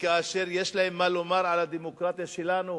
וכאשר יש להם מה לומר על הדמוקרטיה שלנו,